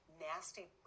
nasty